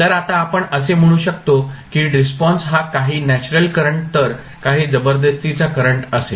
तर आता आपण असे म्हणू शकतो की रिस्पॉन्स हा काही नॅचरल करंट तर काही जबरदस्तीचा करंट असेल